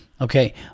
okay